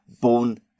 born